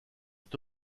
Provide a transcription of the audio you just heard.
est